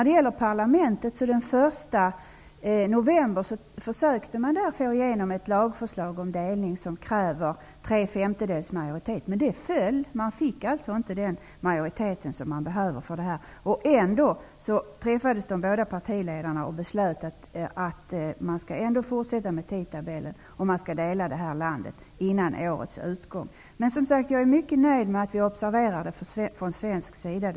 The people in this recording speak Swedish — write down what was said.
Den 1 november försökte man få igenom ett lagförslag om delning i parlamentet. Det kräver tre femtedels majoritet, men det föll. Man fick inte den majoritet som man behövde för detta. Ändå träffades de båda partiledarna och beslöt att tidtabellen skall fortsätta att gälla och att man skall dela landet innan årets utgång. Jag är mycket nöjd med att vi i Sverige observerar det.